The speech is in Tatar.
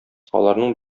аларның